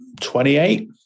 28